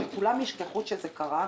כשכולם ישכחו שזה קרה,